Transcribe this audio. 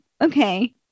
okay